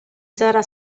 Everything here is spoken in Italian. sarà